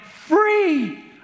free